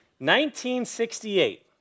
1968